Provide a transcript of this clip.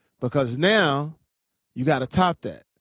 because now you gotta top that.